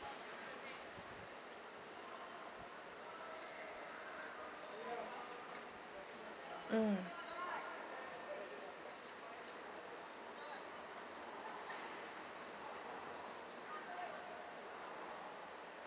mm